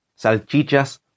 salchichas